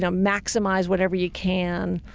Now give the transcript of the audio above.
yeah um maximize whatever you can.